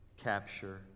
Capture